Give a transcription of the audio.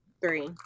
Three